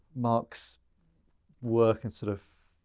marc's work in sort of,